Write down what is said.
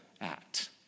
act